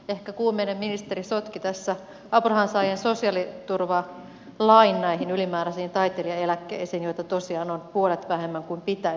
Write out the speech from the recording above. ehkä kuumeinen ministeri sotki tässä apurahan saajien sosiaaliturvalain näihin ylimääräisiin taiteilijaeläkkeisiin joita tosiaan on puolet vähemmän kuin pitäisi olla